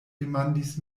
demandis